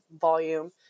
volume